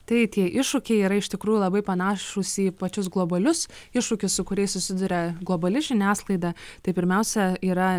tai tie iššūkiai yra iš tikrųjų labai panašūs į pačius globalius iššūkius su kuriais susiduria globali žiniasklaida tai pirmiausia yra